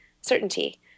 certainty